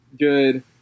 good